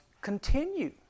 continue